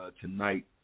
tonight